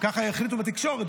ככה החליטו בתקשורת.